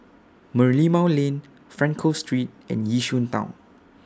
Merlimau Lane Frankel Street and Yishun Town